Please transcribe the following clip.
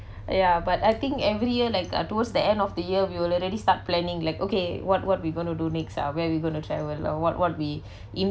ya but I think every year like uh towards the end of the year we already start planning like okay what what we going to do next ah where we going to travel or what what we